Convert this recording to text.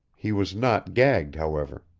he was not gagged, however.